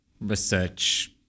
research